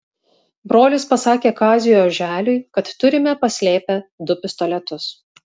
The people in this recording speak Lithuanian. brolis pasakė kaziui oželiui kad turime paslėpę du pistoletus